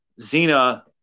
Zena